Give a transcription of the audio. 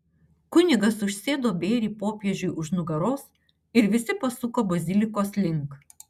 kunigas užsėdo bėrį popiežiui už nugaros ir visi pasuko bazilikos link